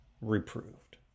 reproved